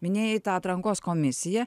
minėjai tą atrankos komisiją